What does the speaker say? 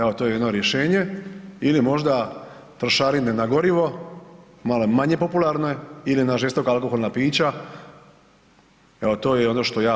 Evo to je jedno rješenje ili možda trošarine na gorivo, malo manje popularne ili na žestoka alkoholna pića, evo to je ono što ja